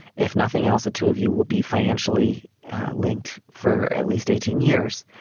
if nothing else, the two of you will be financially linked for at least eighteen years.